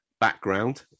background